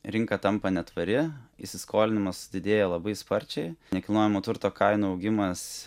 rinka tampa netvari įsiskolinimas didėja labai sparčiai nekilnojamo turto kainų augimas